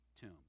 tomb